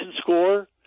score